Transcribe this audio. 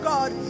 God